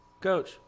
Coach